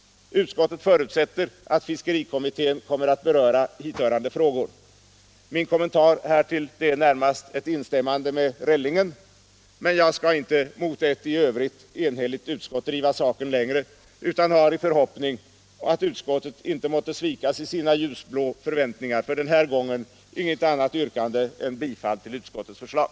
Utskottet förutsätter att fiskerikommittén kommer att beröra hithörande frågor. Min kommentar härtill är närmast ett instämmande med Rellingen, men jag skall inte mot ett i övrigt enhälligt utskott driva saken längre utan har — i förhoppning att utskottet inte måtte svikas i sina ljusblå förväntningar — för den här gången inget annat yrkande än om bifall till utskottets förslag.